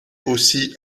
aussi